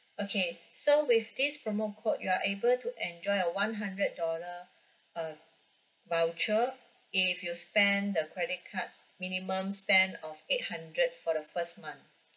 okay so with this promo code you are able to enjoy a one hundred dollar uh voucher if you spend the credit card minimum spend of eight hundred for the first month